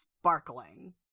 sparkling